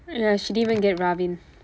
ya she didn't even get raveend